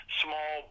small